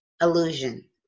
illusion